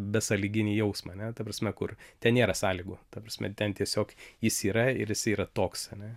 besąlyginį jausmą ane ta prasme kur ten nėra sąlygų ta prasme ten tiesiog jis yra ir jisai yra toks ane